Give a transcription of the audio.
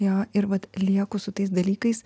jo ir vat lieku su tais dalykais